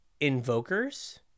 Invokers